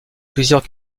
plusieurs